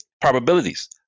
Probabilities